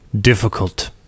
difficult